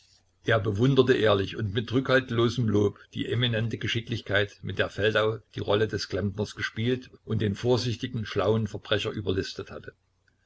er bewunderte ehrlich und mit rückhaltlosem lobe die eminente geschicklichkeit mit der feldau die rolle des klempners gespielt und den vorsichtigen schlauen verbrecher überlistet hatte